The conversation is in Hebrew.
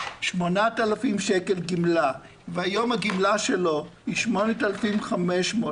8,000 שקלים גמלה והיום הגמלה שלו היא 8,500 שקלים,